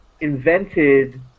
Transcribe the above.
invented